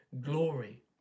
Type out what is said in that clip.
glory